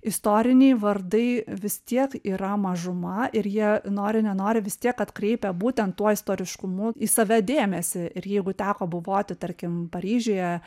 istoriniai vardai vis tiek yra mažuma ir jie nori nenori vis tiek atkreipia būtent tuo istoriškumu į save dėmesį ir jeigu teko buvoti tarkim paryžiuje